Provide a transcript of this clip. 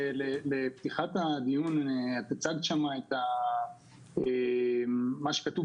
בפתיחת הדיון את הצגת שם את מה שכתוב